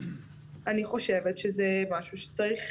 אני חושבת שזה משהו שצריך